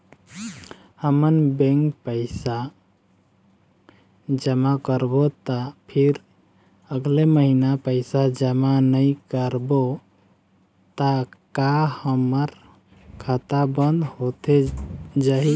हमन बैंक पैसा जमा करबो ता फिर अगले महीना पैसा जमा नई करबो ता का हमर खाता बंद होथे जाही?